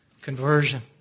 Conversion